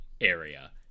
area